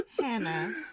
Hannah